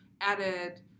added